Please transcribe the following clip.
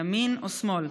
ימין או שמאל.